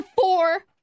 four